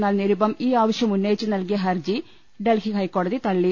എന്നാൽ നിരുപം ഈ ആവശ്യം ഉന്നയിച്ച് നൽകിയ ഹർജി ഡൽഹി ഹൈക്കോടതി തള്ളി